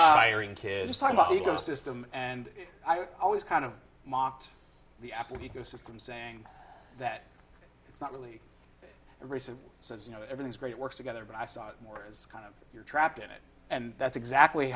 irene kids talk about ecosystem and i always kind of mocked the apple he go system saying that it's not really a race and says you know everything's great works together but i saw it more as kind of you're trapped in it and that's exactly